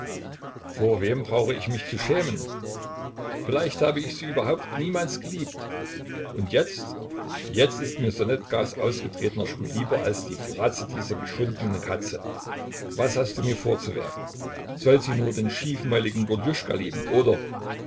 vor wem brauche ich mich zu schämen vielleicht habe ich sie überhaupt niemals geliebt und jetzt jetzt ist mir ssonetkas ausgetretener schuh lieber als die fratze dieser geschundenen katze was hast du mir vorzuwerfen soll sie nur den schiefmäuligen gordjuschka lieben oder